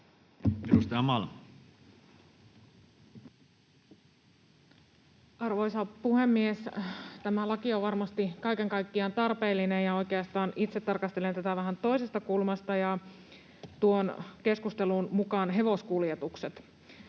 Content: Arvoisa puhemies! Tämä laki on varmasti kaiken kaikkiaan tarpeellinen, ja oikeastaan itse tarkastelen tätä vähän toisesta kulmasta ja tuon keskusteluun mukaan hevoskuljetukset.